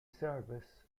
service